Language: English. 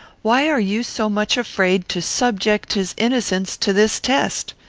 why are you so much afraid to subject his innocence to this test?